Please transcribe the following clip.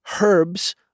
herbs